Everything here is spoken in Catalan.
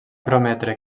prometre